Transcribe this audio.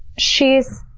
she's,